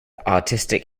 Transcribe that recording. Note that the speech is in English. artistic